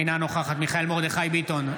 אינה נוכחת מיכאל מרדכי ביטון,